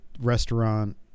restaurant